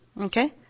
Okay